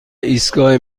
ایستگاه